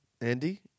Andy